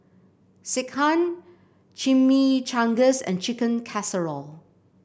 Sekihan Chimichangas and Chicken Casserole